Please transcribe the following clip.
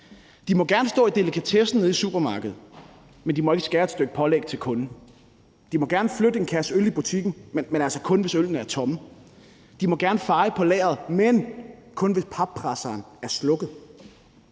De må gerne stå i delikatessen nede i supermarkedet, men de må ikke skære et stykke pålæg til kunden. De må gerne flytte en kasse øl i butikken, men altså kun hvis øllene er tomme. De må gerne feje på lageret, men kun hvis pappresseren er slukket.